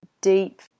deep